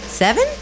Seven